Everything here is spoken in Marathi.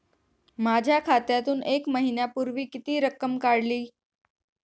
माझ्या खात्यातून एक महिन्यापूर्वी किती रक्कम काढली?